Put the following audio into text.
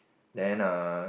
then err